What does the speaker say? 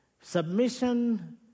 Submission